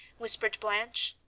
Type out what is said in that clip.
whispered blanche.